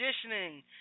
conditioning